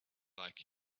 like